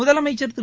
முதலமைச்சா் திரு